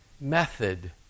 method